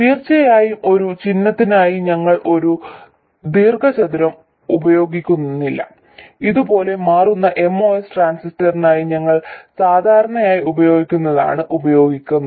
തീർച്ചയായും ഒരു ചിഹ്നത്തിനായി ഞങ്ങൾ ഒരു ദീർഘചതുരം ഉപയോഗിക്കുന്നില്ല ഇതുപോലെ മാറുന്ന MOS ട്രാൻസിസ്റ്ററിനായി ഞങ്ങൾ സാധാരണയായി ഉപയോഗിക്കുന്നതാണ് ഉപയോഗിക്കുന്നത്